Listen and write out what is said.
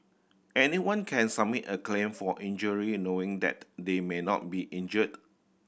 anyone can submit a claim for injury knowing that they may not be injured